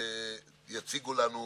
אני יודע,